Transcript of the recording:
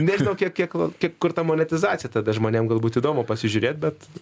nežinau kiek kiek lau kur ta monetizacija tada žmonėm galbūt įdomu pasižiūrėt bet